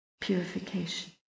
purification